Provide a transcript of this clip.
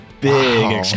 Big